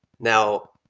Now